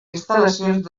instal·lacions